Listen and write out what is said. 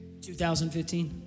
2015